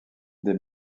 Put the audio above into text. des